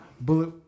Bullet